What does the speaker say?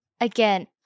again